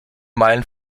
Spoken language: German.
meilen